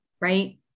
right